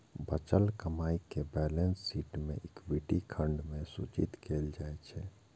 बचल कमाइ कें बैलेंस शीट मे इक्विटी खंड मे सूचित कैल जाइ छै